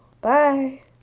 Bye